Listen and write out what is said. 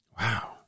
Wow